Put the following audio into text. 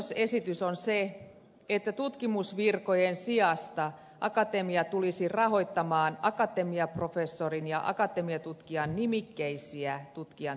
merkittävin muutosesitys on se että tutkimusvirkojen sijasta akatemia tulisi rahoittamaan akatemiaprofessori ja akatemiatutkija nimikkeisiä tutkijan tehtäviä